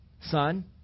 son